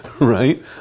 right